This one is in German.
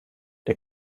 der